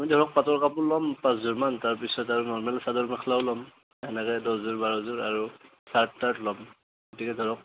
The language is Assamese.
আপুনি ধৰক পাটৰ কাপোৰ ল'ম পাঁচযোৰমান তাৰ পিছত আৰু নৰ্মেল চাদৰ মেখেলাও ল'ম এনেকৈ দহযোৰ বাৰ যোৰ আৰু ছাৰ্ট তাৰ্ট ল'ম গতিকে ধৰক